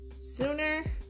sooner